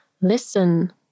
Listen